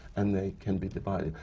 and they can be divided.